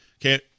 okay